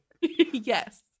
Yes